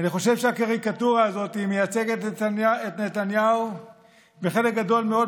אני חושב שהקריקטורה הזאת מייצגת את נתניהו בחלק גדול מאוד,